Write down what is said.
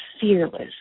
fearless